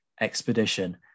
expedition